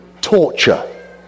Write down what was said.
torture